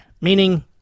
meaning